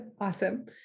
Awesome